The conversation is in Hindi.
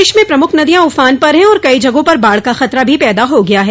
प्रदेश में प्रमुख नदियां उफान पर है और कई जगहों पर बाढ़ का खतरा भी पैदा हो गया है